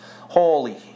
holy